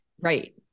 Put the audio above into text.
Right